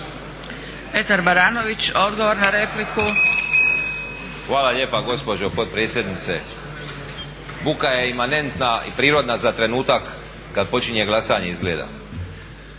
**Baranović, Petar (Reformisti)** Hvala lijepa gospođo potpredsjednice. Buka je imanentna i prirodna za trenutak kad počinje glasanje izgleda.